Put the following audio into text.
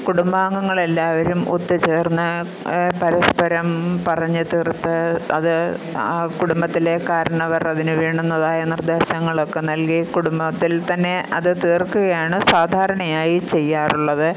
കുടുംബാംഗങ്ങളെല്ലാവരും ഒത്തുചേര്ന്ന് പരസ്പരം പറഞ്ഞു തീര്ത്ത് അത് ആ കുടുംബത്തിലെ കാരണവറതിന് വേണ്ടുന്നതായ നിര്ദ്ദേശങ്ങളൊക്കെ നല്കി കുടുംബത്തില്ത്തന്നെ അത് തീര്ക്കുകയാണ് സാധാരണയായി ചെയ്യാറുള്ളത്